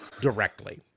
directly